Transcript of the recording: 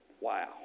Wow